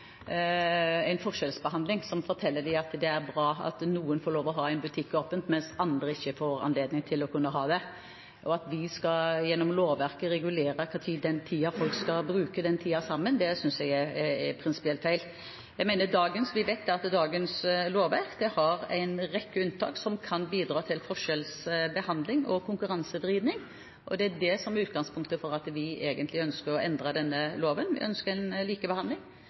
en forskjellsbehandling som forteller deg at det er bra at noen får lov å ha en butikk åpen, mens andre ikke får anledning til å ha det. Og at vi gjennom lovverket skal regulere når folk skal bruke tid sammen, det synes jeg er prinsipielt feil. Vi vet at dagens lovverk har en rekke unntak som kan bidra til forskjellsbehandling og konkurransevridning. Det er det som er utgangspunktet for at vi egentlig ønsker å endre denne loven. Vi ønsker en likebehandling